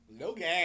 Logan